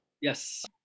Yes